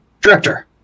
Director